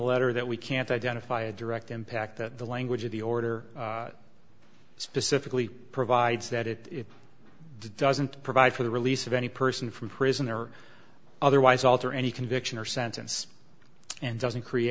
letter that we can't identify a direct impact that the language of the order specifically provides that it doesn't provide for the release of any person from prison or otherwise alter any conviction or sentence and doesn't create